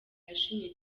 yashimye